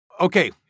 Okay